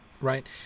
right